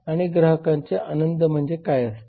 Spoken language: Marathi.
आणि ग्राहकांचे आनंद म्हणजे काय असते